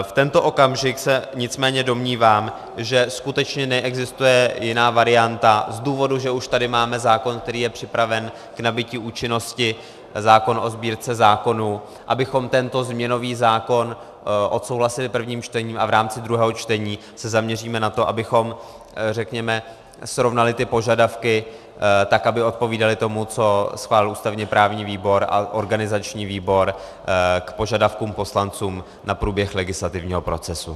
V tento okamžik se nicméně domnívám, že skutečně neexistuje jiná varianta z důvodu, že už tady máme zákon, který je připraven k nabytí účinnosti, zákon o Sbírce zákonů, abychom tento změnový zákon odsouhlasili prvním čtením, a v rámci druhého čtení se zaměříme na to, abychom srovnali ty požadavky tak, aby odpovídaly tomu, co schválil ústavněprávní výbor a organizační výbor k požadavkům poslanců na průběh legislativního procesu.